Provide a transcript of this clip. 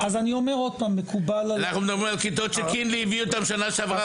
אנחנו מדברים על כיתות שקינלי הביא אותם שנה שעברה,